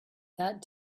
that